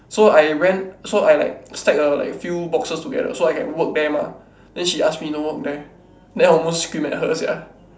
so I went so I like stack a like few boxes together so I can work there mah then she ask me don't work there then I almost scream at her sia